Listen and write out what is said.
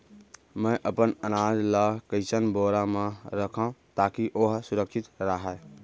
मैं अपन अनाज ला कइसन बोरा म रखव ताकी ओहा सुरक्षित राहय?